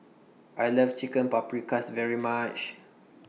I Love Chicken Paprikas very much